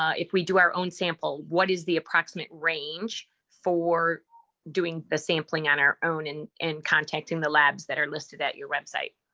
if we do our own sample, what is the approximate range for doing the sampling on our own and and contacting the labs that are listed at your website?